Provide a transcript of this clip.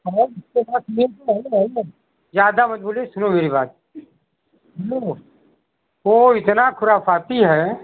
और इसके साथ ये सही नहीं है ज़्यादा मत बोलो सुनो मेरी बात सुनो वो इतना खुराफाती है